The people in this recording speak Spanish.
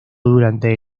durante